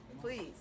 Please